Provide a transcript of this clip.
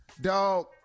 Dog